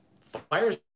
fires